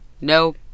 no